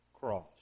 cross